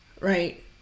Right